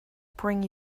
bring